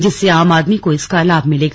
जिससे आम आदमी को इसका लाभ मिलेगा